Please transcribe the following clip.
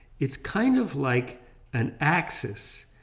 it's kind of like an axis,